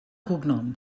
cognom